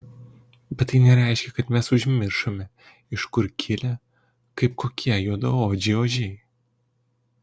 bet tai nereiškia kad mes užmiršome iš kur kilę kaip kokie juodaodžiai ožiai